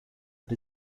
but